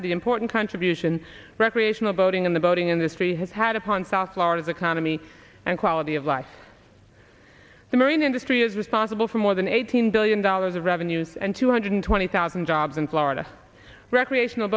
to the important contribution recreational boating in the boating industry has had upon south florida's economy and quality of life the marine industry is responsible for more than eighteen billion dollars of revenues and two hundred twenty thousand jobs in florida recreational